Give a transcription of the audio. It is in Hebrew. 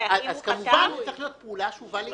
אז כמובן זאת צריכה להיות פעולה שהובאה לידיעתו.